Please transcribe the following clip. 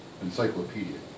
Encyclopedia